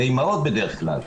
הן אימהות, בדרך כלל.